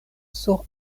sur